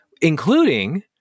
including